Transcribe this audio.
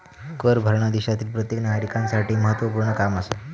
कर भरना देशातील प्रत्येक नागरिकांसाठी महत्वपूर्ण काम आसा